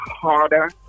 harder